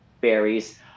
berries